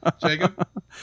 Jacob